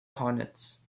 hornets